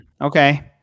Okay